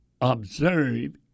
observe